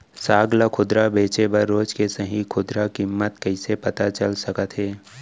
साग ला खुदरा बेचे बर रोज के सही खुदरा किम्मत कइसे पता चल सकत हे?